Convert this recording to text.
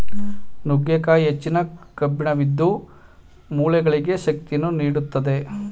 ನುಗ್ಗೆಕಾಯಿ ಹೆಚ್ಚಿನ ಕಬ್ಬಿಣವಿದ್ದು, ಮೂಳೆಗಳಿಗೆ ಶಕ್ತಿಯನ್ನು ನೀಡುತ್ತದೆ